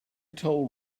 told